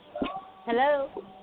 Hello